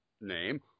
name